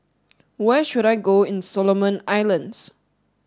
where should I go in Solomon Islands